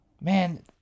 man